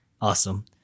Awesome